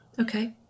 Okay